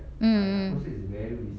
mm